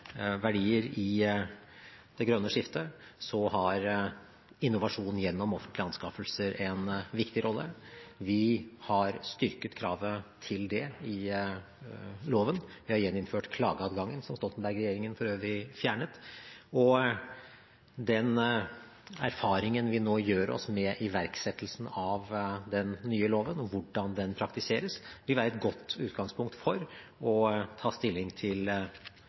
verdier i det grønne skiftet, har innovasjon gjennom offentlige anskaffelser en viktig rolle. Vi har styrket kravet til det i loven. Vi har gjeninnført klageadgangen, som Stoltenberg-regjeringen for øvrig fjernet. Den erfaringen vi nå gjør oss med iverksettelsen av den nye loven og hvordan den praktiseres, vil være et godt utgangspunkt for å ta stilling til